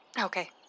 Okay